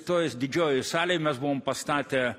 toj didžiojoj salėj mes buvom pastatę